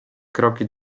kroki